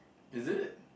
is it